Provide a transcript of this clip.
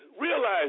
realize